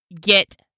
get